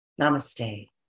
Namaste